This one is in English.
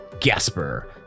Gasper